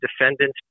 defendants